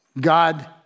God